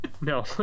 no